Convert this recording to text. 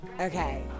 Okay